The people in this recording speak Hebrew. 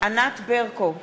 ענת ברקו,